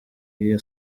y’iyo